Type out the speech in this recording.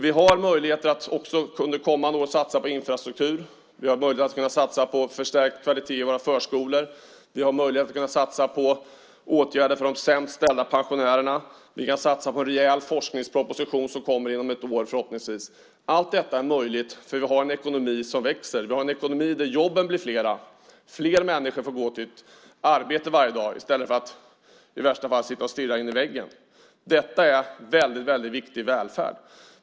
Vi har möjlighet att också under kommande år satsa på infrastruktur, förstärkt kvalitet i våra förskolor och åtgärder för de sämst ställda pensionärerna och att satsa på en rejäl forskningsproposition inom förhoppningsvis ett år. Allt detta är möjligt eftersom vi har en växande ekonomi. Jobben blir fler, och fler människor får gå till ett arbete varje dag i stället för att i värsta fall stirra in i väggen. Detta är viktig välfärd.